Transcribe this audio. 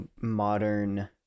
modern